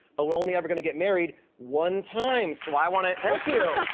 but we're only ever gonna get married one time, so i wanna thank you,